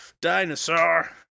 dinosaur